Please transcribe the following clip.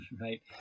right